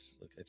Look